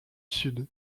sud